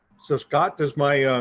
so scott does my, ah